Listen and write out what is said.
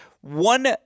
One